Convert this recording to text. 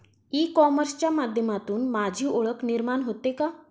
E कॉमर्सच्या माध्यमातून माझी ओळख निर्माण होते का?